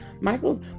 Michael's